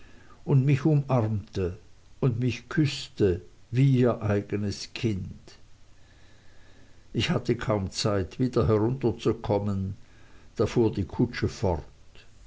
und mich umarmte und mich küßte wie ihr eignes kind ich hatte kaum zeit wieder herunterzukommen da fuhr die kutsche fort